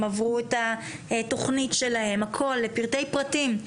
הם עברו את התוכנית שלהם, הכול לפרטי פרטים.